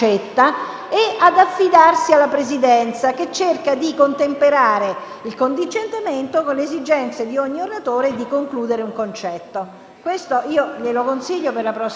e ad affidarsi alla Presidenza, che cerca di contemperare il contingentamento con le esigenze di ogni oratore di concludere un concetto. Questo glielo consiglio per la prossima volta.